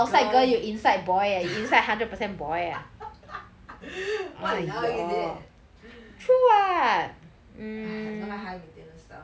girl !walao! you bad I don't like high maintenance stuff